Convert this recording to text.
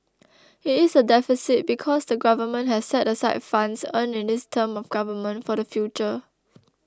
it is a deficit because the Government has set aside funds earned in this term of government for the future